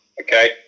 okay